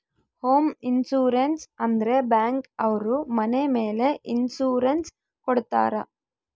home insurance ಅಂದ್ರೆ bank ಅವ್ರು ಮನೆ ಮೇಲೆ ಇನ್ಸೂರೆನ್ಸ್ ಕೊಡ್ತಾರ